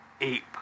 ape